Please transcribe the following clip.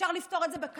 אפשר לפתור את זה בקלות.